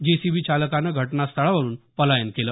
JCB चालकानं घटनास्थाळावरुन पलायन केलं